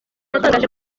yatangaje